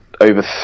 over